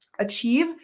Achieve